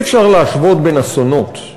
אי-אפשר להשוות בין אסונות,